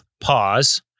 pause